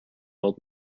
old